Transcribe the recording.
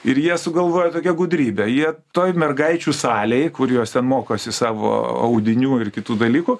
ir jie sugalvojo tokią gudrybę jie toj mergaičių salėj kur jos ten mokosi savo audinių ir kitų dalykų